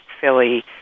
Philly